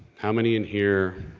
how many in here